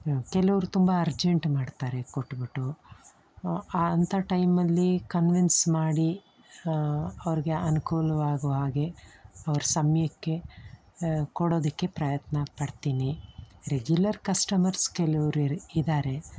ಕೆಲವ್ರು ತುಂಬ ಅರ್ಜೆಂಟ್ ಮಾಡ್ತಾರೆ ಕೊಟ್ಬಿಟ್ಟು ಅಂಥ ಟೈಮಲ್ಲಿ ಕನ್ವಿನ್ಸ್ ಮಾಡಿ ಅವ್ರಿಗೆ ಅನುಕೂಲವಾಗೋ ಹಾಗೆ ಅವ್ರ ಸಮಯಕ್ಕೆ ಕೊಡೋದಕ್ಕೆ ಪ್ರಯತ್ನ ಪಡ್ತೀನಿ ರೆಗ್ಯುಲರ್ ಕಸ್ಟಮರ್ಸ್ ಕೆಲವ್ರು ಇರು ಇದ್ದಾರೆ